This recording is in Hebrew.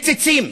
במציצים: